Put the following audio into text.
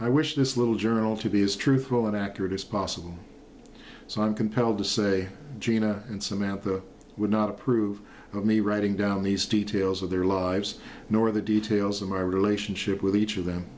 i wish this little journal to be as truthful and accurate as possible so i'm compelled to say gina and some out that would not approve of me writing down these details of their lives nor the details of my relationship with each of them